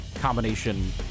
combination